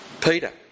Peter